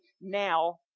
Now